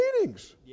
meetings